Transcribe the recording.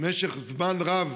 במשך זמן רב,